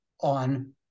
on